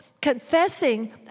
confessing